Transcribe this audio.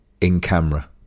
in-camera